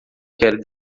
quero